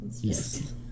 Yes